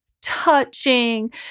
touching